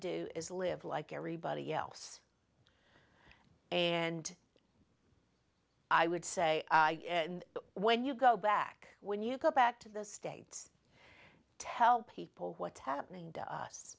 do is live like everybody else and i would say when you go back when you go back to the states tell people what's happening t